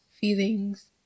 feelings